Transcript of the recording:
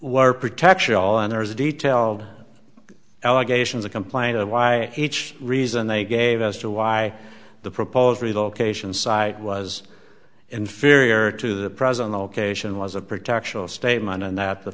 were protection all and there is a detailed allegations of complaint of why each reason they gave as to why the proposed relocation site was inferior to the present location was a protection statement and that the